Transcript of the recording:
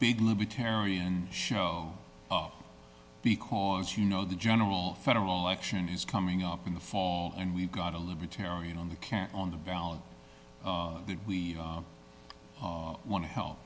big libertarian show because you know the general federal election is coming up in the fall and we've got a libertarian on the can on the ballot that we want to help